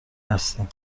هستین